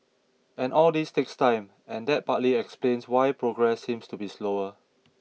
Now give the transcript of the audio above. and all this takes time and that partly explains why progress seems to be slower